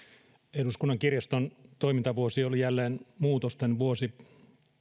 eduskunnan kirjaston toimintavuosi oli jälleen muutosten vuosi